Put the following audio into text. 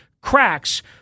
cracks